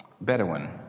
Bedouin